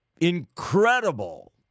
incredible